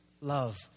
love